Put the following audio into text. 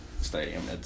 stadium